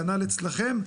כנ"ל אצלכם,